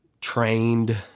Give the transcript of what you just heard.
trained